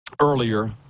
earlier